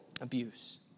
abuse